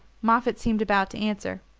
moffatt seemed about to answer,